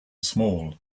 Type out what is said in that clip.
small